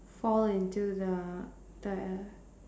fall into the the